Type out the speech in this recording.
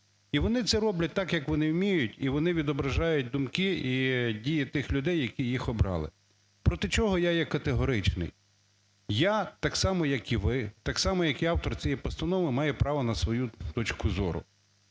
І вони це роблять так, як вони вміють, і вони відображають думки і дії тих людей, які їх обрали. Проти чого я є категоричний? Я так само, як і ви, так само, як і автор цієї постанови, маю право на свою точку зору.